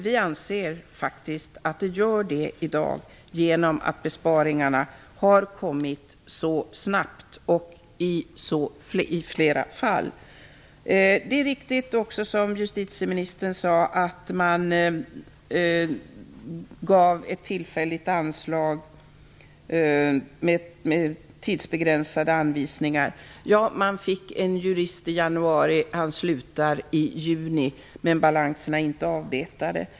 Vi anser faktiskt att så är fallet i dag genom att besparingarna har kommit så snabbt och i flera fall. Det är också riktigt som justitieministern sade, att man gav ett tillfälligt anslag med tidsbegränsade anvisningar. Ja, man fick en jurist i januari och han slutar i juni, men balanserna är inte avbetade.